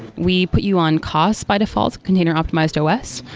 we put you on cost by default container optimized os.